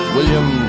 William